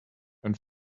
and